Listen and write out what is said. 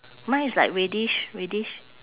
mine is like reddish reddish